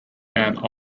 and